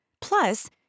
Plus